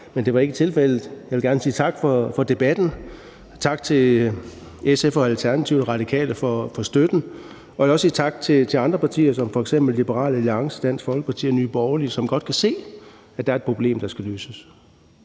men det var ikke tilfældet. Jeg vil gerne sige tak for debatten. Tak til SF, Alternativet og Radikale for støtten, og jeg vil også sige tak til andre partier som f.eks. Liberal Alliance, Dansk Folkeparti og Nye Borgerlige, som godt kan se, at der er et problem, der skal løses.